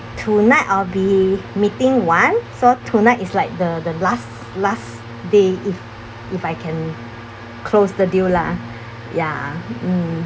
tonight I'll be meeting one so tonight is like the last last day if if I can close the deal lah ya mm